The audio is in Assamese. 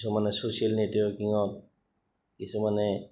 কিছুমানে ছ'চিয়েল নেটৱৰ্কিঙত কিছুমানে